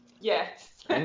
Yes